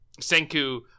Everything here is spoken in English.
Senku